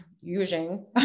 using